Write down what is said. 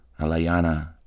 Alayana